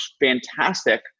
fantastic